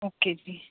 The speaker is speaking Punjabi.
ਓਕੇ ਜੀ